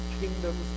kingdoms